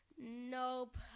Nope